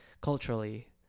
culturally